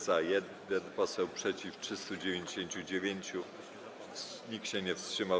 Za - 1 poseł, przeciw - 399, nikt się nie wstrzymał.